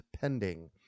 pending